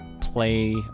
play